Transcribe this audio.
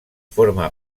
forma